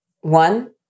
one